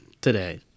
today